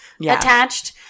attached